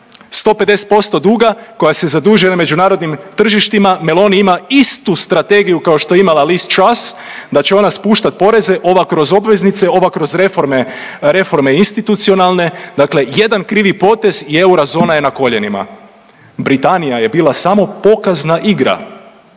150% duga koja se zadužuje na međunarodnim tržištima, Meloni ima istu strategiju kao što je imala Liz Truss da će ona spuštat poreze, ova kroz obveznice, ova kroz reforme, reforme institucionalne, dakle jedan krivi potez i eurozona je na koljenima. Britanija je bila samo pokazna igra